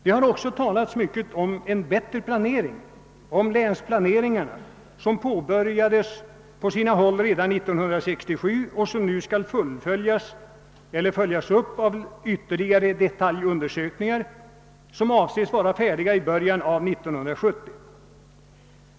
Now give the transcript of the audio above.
Det har också talats mycket om en bättre planering och om länsplaneringarna, som på sina håll påbörjades redan 1967 och nu skall följas upp av ytterligare detaljundersökningar, som avses vara färdiga i början av 1970.